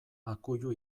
akuilu